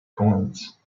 coins